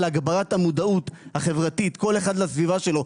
הגברת המודעות החברתית כל אחד לסביבה שלו,